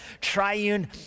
triune